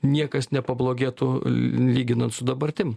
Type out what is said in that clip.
niekas nepablogėtų lyginant su dabartim